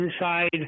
inside